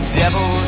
devil